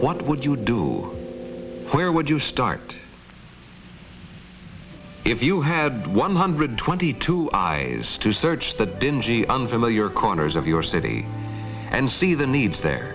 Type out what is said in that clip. what would you do where would you start if you had one hundred twenty two eyes to search the dingy unfamiliar corners of your city and see the needs the